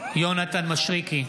דב מלביצקי,